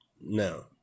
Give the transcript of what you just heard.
No